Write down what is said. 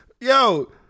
Yo